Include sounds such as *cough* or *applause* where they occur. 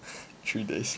three days *laughs*